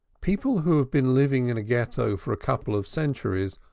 people who have been living in a ghetto for a couple of centuries,